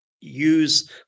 use